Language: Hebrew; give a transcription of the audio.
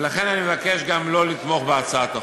ולכן אני מבקש גם לא לתמוך בהצעת החוק.